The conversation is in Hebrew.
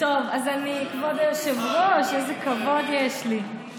כבוד היושב-ראש, איזה כבוד יש לי.